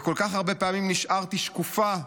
וכל כך הרבה פעמים נשארתי שקופה,